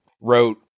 wrote